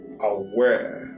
aware